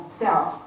self